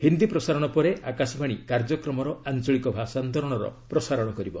ହିନ୍ଦୀ ପ୍ରସାରଣ ପରେ ପରେ ଆକାଶବାଣୀ କାର୍ଯ୍ୟକ୍ରମର ଆଞ୍ଚଳିକ ଭାଷାନ୍ତରଣର ପ୍ରସାରଣ କରିବ